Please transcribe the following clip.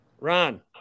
Ron